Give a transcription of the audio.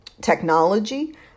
technology